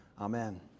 Amen